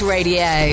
Radio